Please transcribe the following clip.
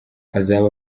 azaba